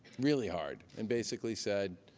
really hard, and basically said,